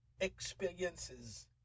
experiences